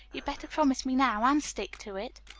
you better promise me now, and stick to it.